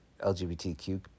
LGBTQ